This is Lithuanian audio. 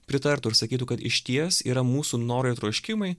pritartų ir sakytų kad išties yra mūsų norai ir troškimai